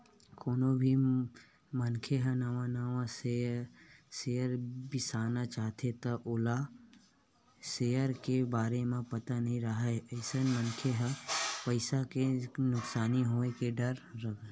कोनो भी मनखे ह नवा नवा सेयर बिसाना चाहथे त ओला सेयर के बारे म पता नइ राहय अइसन मनखे ल पइसा के नुकसानी होय के डर रहिथे